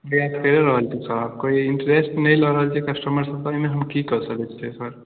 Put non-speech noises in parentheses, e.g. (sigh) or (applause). (unintelligible) कय रहल छी सर कोइ इंटरेस्ट नहि लऽ रहल छै कस्टमरसभ तऽ एहिमे हम की कऽ सकैत छियै सर